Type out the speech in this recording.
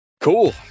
Cool